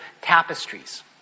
tapestries